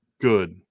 Good